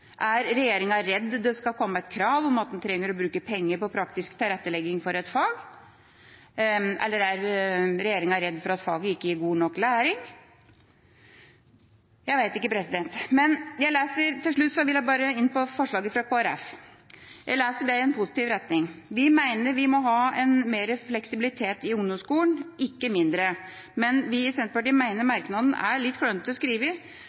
Er regjeringa redd det skal komme krav om at man trenger å bruke penger på praktisk tilrettelegging for et fag? Eller er regjeringa redd for at faget ikke gir god nok læring? Jeg vet ikke. Til slutt vil jeg inn på forslaget fra Kristelig Folkeparti. Jeg leser det i en positiv retning. Vi i Senterpartiet mener vi må ha mer fleksibilitet i ungdomsskolen, ikke mindre, men vi mener merknaden er litt